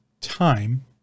time